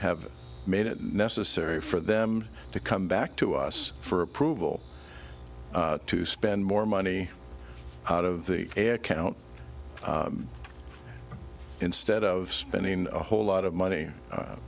have made it necessary for them to come back to us for approval to spend more money out of the air count instead of spending a whole lot of money